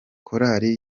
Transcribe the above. korali